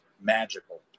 magical